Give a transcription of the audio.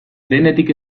denetik